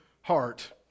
heart